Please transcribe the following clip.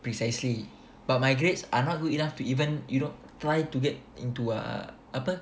precisely but my grades are not good enough to even you know try to get into a apa